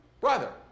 brother